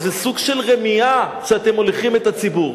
שזה סוג של רמייה שאתם מוליכים את הציבור.